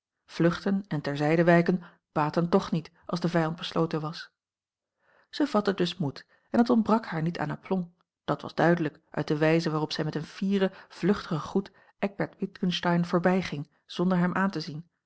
een omweg ter zijde wijken baatten toch niet als de vijand besloten was zij vatte dus moed en het ontbrak haar niet aan aplomb dat was duidelijk uit de wijze waarop zij met een fieren vluchtigen groet eckbert witgensteyn voorbijging zonder hem aan te zien